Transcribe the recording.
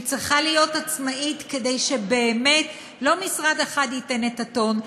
היא צריכה להיות עצמאית כדי שבאמת לא משרד אחד ייתן את הטון,